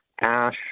ash